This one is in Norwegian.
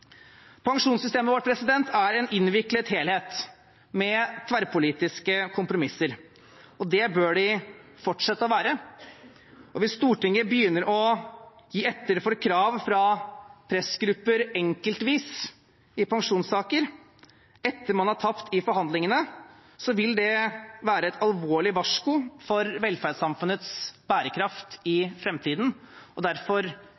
Pensjonssystemet vårt er en innviklet helhet med tverrpolitiske kompromisser, og det bør de fortsette å være. Hvis Stortinget begynner å gi etter for krav fra pressgrupper enkeltvis i pensjonssaker, etter at man har tapt i forhandlingene, vil det være et alvorlig varsku for velferdssamfunnets bærekraft i framtiden. Derfor